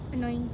annoying